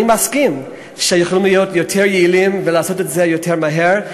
אני מסכים שיכולים להיות יותר יעילים ולעשות את זה יותר מהר,